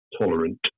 tolerant